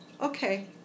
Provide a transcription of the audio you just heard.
okay